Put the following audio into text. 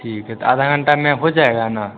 ठीक है तो आधा घंटा में हो जाएगा ना